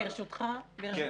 ברשותך.